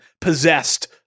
possessed